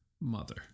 Mother